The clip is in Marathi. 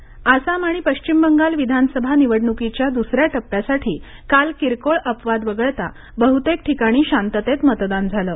विधानसभा निवडणूक आसाम आणि पश्चिम बंगाल विधानसभा निवडणुकीच्या दु्सऱ्या टप्प्यासाठी काल किरकोळ अपवाद वगळता बहुतेक ठिकाणी शांततेत मतदान झालं